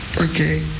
Okay